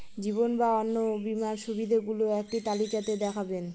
জীবন বা অন্ন বীমার সুবিধে গুলো একটি তালিকা তে দেখাবেন?